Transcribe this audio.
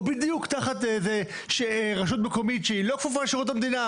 או בדיוק תחת איזו שהיא רשות מקומית שהיא לא כפופה לשירות מדינה,